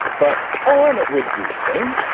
but on reducing,